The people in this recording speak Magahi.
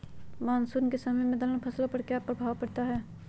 मानसून के समय में दलहन फसलो पर क्या प्रभाव पड़ता हैँ?